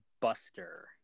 Buster